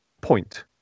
point